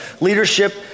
leadership